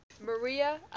Maria